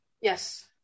Yes